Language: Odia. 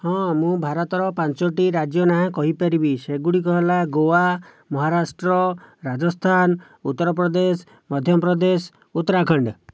ହଁ ମୁଁ ଭାରତର ପାଞ୍ଚୋଟି ରାଜ୍ୟ ନାଁ କହିପାରିବି ସେଗୁଡ଼ିକ ହେଲା ଗୋଆ ମହାରାଷ୍ଟ୍ର ରାଜସ୍ତାନ ଉତ୍ତରପ୍ରଦେଶ ମଧ୍ୟପ୍ରଦେଶ ଉତ୍ତରାଖଣ୍ଡ